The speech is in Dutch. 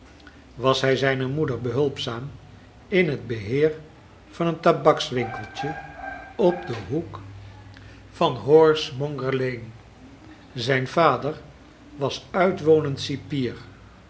was hij zijne moeder behulpzaam in het beheer van een tabakswinkeltje op den hoek van horsemonger lane zijn vader was uitwonend cipier